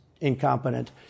incompetent